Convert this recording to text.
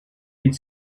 could